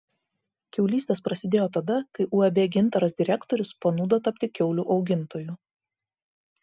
kiaulystės prasidėjo tada kai uab gintaras direktorius panūdo tapti kiaulių augintoju